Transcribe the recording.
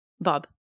Bob